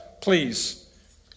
please